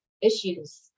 issues